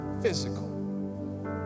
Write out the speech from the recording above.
physical